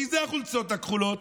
מי זה החולצות הכחולות?